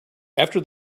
after